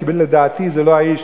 כי לדעתי זה לא האיש